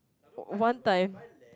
one time